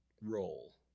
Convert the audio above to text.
role